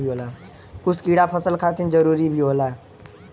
कुछ कीड़ा फसल खातिर जरूरी भी होला